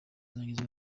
zanjye